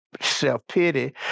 self-pity